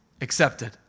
accepted